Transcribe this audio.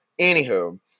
Anywho